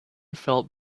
felt